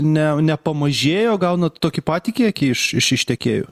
ne nepamažėjo gaunat tokį patį kiekį iš iš iš tiekėjų